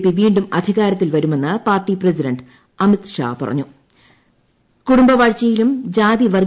P വീണ്ടും അധികാരത്തിൽ വരുമെന്ന് പാർട്ടി പ്രസിഡന്റ് അമിത് ഷാ കുടുംബവാഴ്ചയിലും ജാതി പറഞ്ഞു